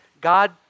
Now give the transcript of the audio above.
God